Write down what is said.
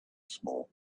small